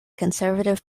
conservative